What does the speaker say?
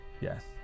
Yes